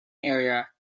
area